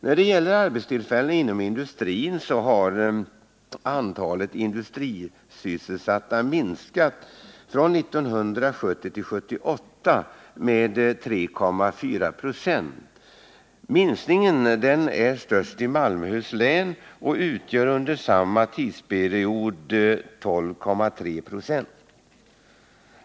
När det gäller arbetstillfällena inom industrin har antalet industrisysselsatta minskat under åren 1970-1978 med 3,4 26. Minskningen är störst i Malmöhus län och utgör under samma tidsperiod 12,3 96.